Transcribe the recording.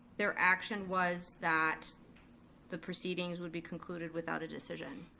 their action was that the proceedings would be concluded without a decision.